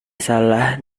salah